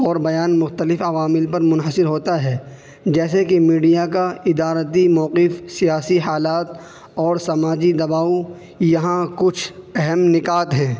اور بیان مختلف عوامل پر منحصر ہوتا ہے جیسے کہ میڈیا کا ادارتی موقف سیاسی حالات اور سماجی دباؤ یہاں کچھ اہم نکات ہیں